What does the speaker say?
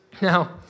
Now